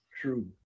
True